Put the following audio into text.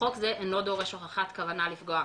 חוק זה אינו דורש הוכחת כוונה לפגוע,